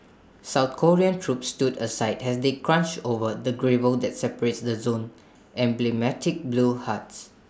south Korean troops stood aside as they crunched over the gravel that separates the zone's emblematic blue huts